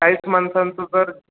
चाळीस माणसांचं जर